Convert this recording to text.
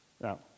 Now